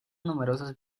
numerosos